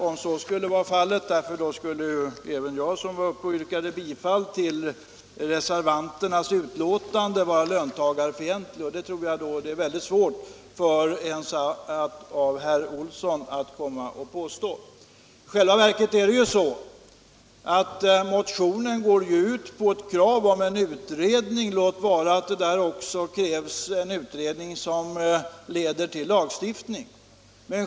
Om så skulle vara fallet skulle även jag som yrkat bifall till reservationen vara löntagarfientlig, och det vore nog svårt t.o.m. för herr Olsson i Sundsvall att påstå det. Motionen går ju ut på ett krav på utredning, låt vara att det talas om en utredning som leder till lagstiftning.